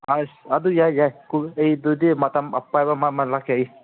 ꯑꯁ ꯑꯗꯨ ꯌꯥꯏ ꯌꯥꯏ ꯑꯩ ꯑꯗꯨꯗꯤ ꯃꯇꯝ ꯑꯄꯥꯝꯕ ꯑꯃ ꯂꯥꯛꯀꯦ ꯑꯩ